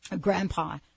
grandpa